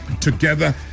together